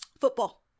Football